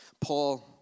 Paul